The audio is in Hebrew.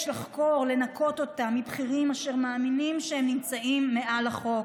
יש לחקור ולנקות אותה מבכירים אשר מאמינים שהם נמצאים מעל החוק.